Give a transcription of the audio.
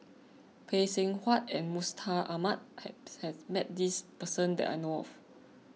Phay Seng Whatt and Mustaq Ahmad has met this person that I know of